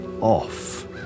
off